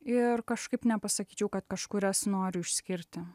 ir kažkaip nepasakyčiau kad kažkurias noriu išskirti